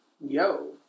Yo